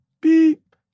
beep